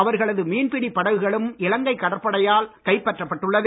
அவர்களது மீன்பிடி படகுகளும் இலங்கை கடற்படையால் கைப்பற்றப்பட்டுள்ளது